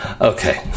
Okay